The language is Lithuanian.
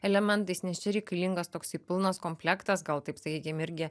elementais nes čia reikalingas toksai pilnas komplektas gal taip sakykim irgi